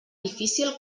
difícil